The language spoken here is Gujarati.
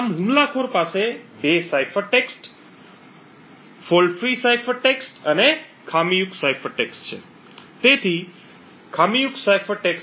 આમ હુમલાખોર પાસે 2 cipher texts fault free cipher text અને ખામીયુક્ત સાઇફર ટેક્સ્ટ છે